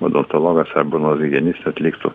odontologas ar burnos higienistai atliktų